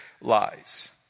lies